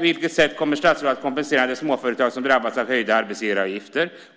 vilket sätt kommer statsrådet att kompensera de småföretag som har drabbats av höjda arbetsgivaravgifter?